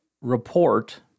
report